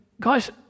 guys